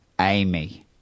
Amy